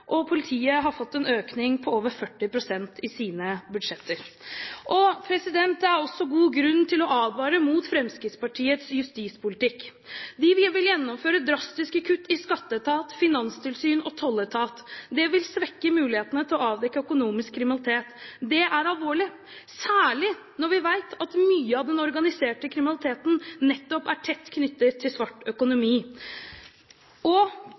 fått en økning på over 40 pst. i sine budsjetter. Det er også god grunn til å advare mot Fremskrittspartiets justispolitikk. De vil gjennomføre drastiske kutt i skatteetat, finanstilsyn og tolletat. Det vil svekke mulighetene til å avdekke økonomisk kriminalitet. Det er alvorlig, særlig når vi vet at mye av den organiserte kriminaliteten nettopp er tett knyttet til svart økonomi.